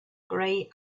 grey